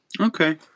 Okay